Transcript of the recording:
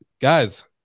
guys